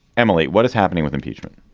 emily, what is happening with impeachment?